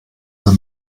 der